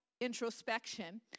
introspection